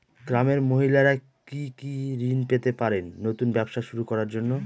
গ্রামের মহিলারা কি কি ঋণ পেতে পারেন নতুন ব্যবসা শুরু করার জন্য?